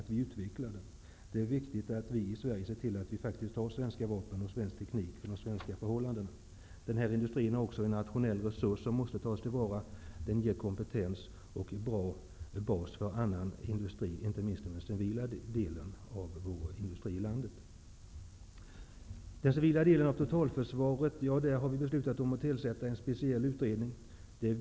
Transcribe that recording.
Det är väldigt viktigt att vi i Sverige har svenska vapen och svensk teknik, som är anpassade efter de svenska förhållandena. Försvarsindustrin är även en nationell resurs som måste tas till vara. Den ger kompetens och en god bas för annan industri, inte minst den civila industrin. Beträffande den civila delen av totalförsvaret har vi beslutat om att tillsätta en speciell utredning.